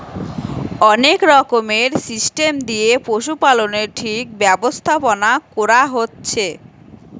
অনেক রকমের সিস্টেম দিয়ে পশুপালনের ঠিক ব্যবস্থাপোনা কোরা হচ্ছে